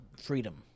freedom